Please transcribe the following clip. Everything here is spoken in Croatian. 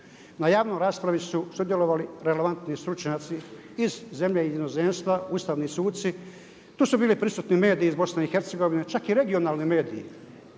Na javnoj raspravi su sudjelovali relevantni stručnjaci iz zemlje i inozemstva, ustavni suci. Tu su bili prisutni mediji iz Bosne i Hercegovine, čak i regionalni mediji